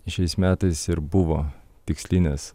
šiais metais ir buvo tikslinės